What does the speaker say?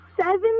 seven